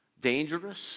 dangerous